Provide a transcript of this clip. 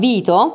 Vito